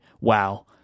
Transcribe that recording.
wow